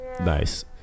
Nice